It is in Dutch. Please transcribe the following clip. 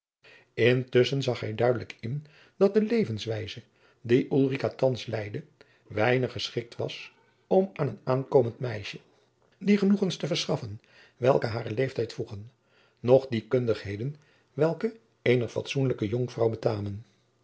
intusschen zag hij duidelijk in dat de levenswijze die ulrica thands leidde weinig geschikt was om aan een aankomend meisje die genoegens te verschaffen welke haren leeftijd voegen noch die kundigheden welke eener fatsoenlijke jonkvrouw betamen